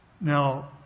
Now